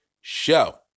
show